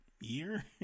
year